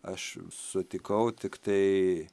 aš sutikau tiktai